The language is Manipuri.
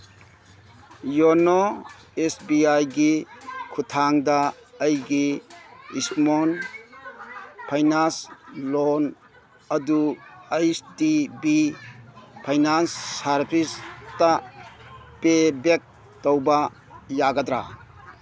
ꯌꯣꯅꯣ ꯑꯦꯁ ꯕꯤ ꯑꯥꯏꯒꯤ ꯈꯨꯠꯊꯥꯡꯗ ꯑꯩꯒꯤ ꯏꯁꯃꯣꯜ ꯐꯥꯏꯅꯥꯟꯁ ꯂꯣꯟ ꯑꯗꯨ ꯑꯩꯁ ꯗꯤ ꯕꯤ ꯐꯥꯏꯅꯥꯟꯁ ꯁꯥꯔꯚꯤꯁꯇ ꯄꯦꯕꯦꯛ ꯇꯧꯕ ꯌꯥꯒꯗ꯭ꯔꯥ